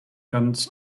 ganz